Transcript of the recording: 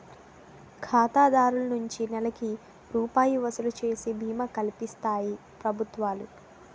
ఖాతాదారు నుంచి నెలకి రూపాయి వసూలు చేసి బీమా కల్పిస్తాయి ప్రభుత్వాలు